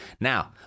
Now